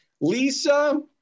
Lisa